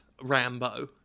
Rambo